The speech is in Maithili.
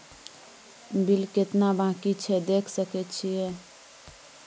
बिल केतना बाँकी छै देख सके छियै?